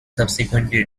subsequently